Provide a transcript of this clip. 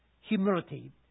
humility